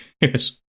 Yes